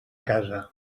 casa